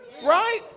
Right